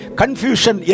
confusion